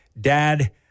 Dad